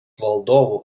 valdovų